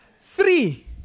three